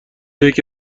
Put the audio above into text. یکی